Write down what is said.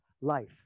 life